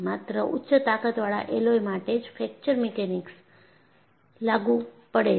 માત્ર ઉચ્ચ તાકતવાળા એલોય માટે જ ફ્રેક્ચર મિકેનિક્સ લાગુ પડે છે